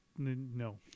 no